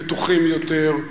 בטוחים יותר,